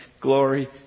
glory